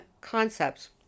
concepts